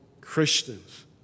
Christians